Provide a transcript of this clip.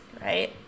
right